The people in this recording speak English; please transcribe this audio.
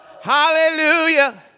Hallelujah